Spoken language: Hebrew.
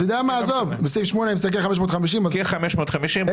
בסעיף 8. כ-550.